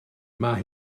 mae